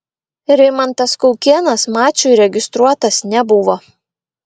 rimantas kaukėnas mačui registruotas nebuvo